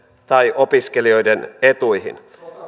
ja opiskelijoiden etuihin